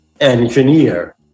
engineer